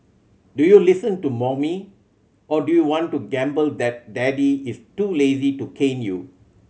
do you listen to mommy or do you want to gamble that daddy is too lazy to cane you